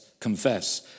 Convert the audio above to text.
confess